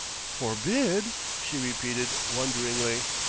forbid? she repeated wonderingly.